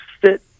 fit